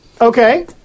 Okay